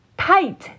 tight